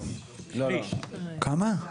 10